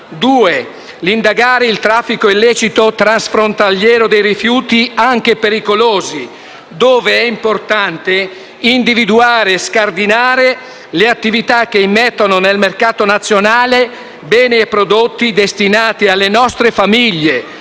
indagare il traffico illecito transfrontaliero dei rifiuti anche pericolosi, dove è importante individuare e scardinare le attività che immettano nel mercato nazionale beni e prodotti destinati alle nostre famiglie